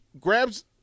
grabs